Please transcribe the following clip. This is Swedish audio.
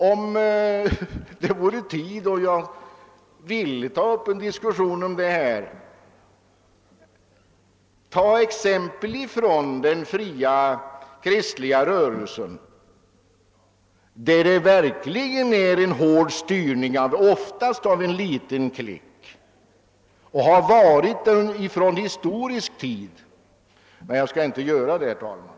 Om det funnes tid och jag ville ta upp en diskussion om detta, skulle jag ta exempel från den fria kristliga rörelsen, där det verkligen är fråga om en hård styrning från en oftast liten klick och har varit så från tidig historisk tid. Men jag skall inte göra det, herr talman.